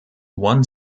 one